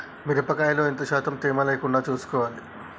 మిరప కాయల్లో ఎంత శాతం తేమ లేకుండా చూసుకోవాలి?